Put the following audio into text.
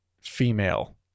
female